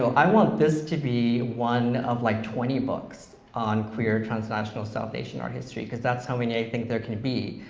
so i want this to be one of like twenty books on queer transnational south asian art history because that's how many i think there could be.